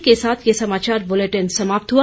इसी के साथ ये समाचार बुलेटिन समाप्त हुआ